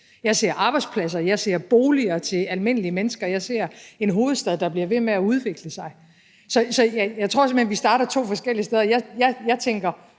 jeg ser arbejdspladser, jeg ser boliger til almindelige mennesker, og jeg ser en hovedstad, der bliver ved med at udvikle sig. Jeg tror simpelt hen, at vi starter to forskellige steder. Jeg tænker: